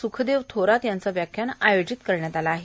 सुखदेव थोरात यांचे व्याख्यान आयोजित करण्यात आले आहे